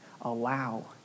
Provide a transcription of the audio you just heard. allow